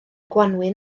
gwanwyn